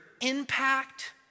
impact